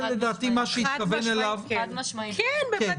זה לדעתי מה שהתכוון אליו --- חד-משמעית כן.